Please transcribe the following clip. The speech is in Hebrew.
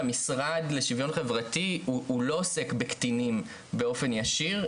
אני אגיד שהמשרד לשוויון חברתי לא עוסק בקטינים באופן ישיר,